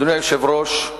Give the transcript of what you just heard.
אדוני היושב-ראש,